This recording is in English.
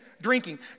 drinking